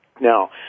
Now